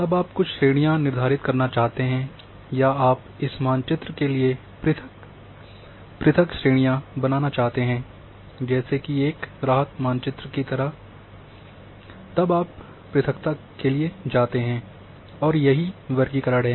अब आप कुछ श्रेणियां निर्धारित करना चाहते हैं या आप इस मानचित्र के लिए पृथक श्रेणियाँ बनाना चाहते हैं जैसे कि राहत मानचित्र की तरह की तब आप पृथकता के लिए जाते हैं और यही वर्गीकरण है